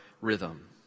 rhythm